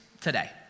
today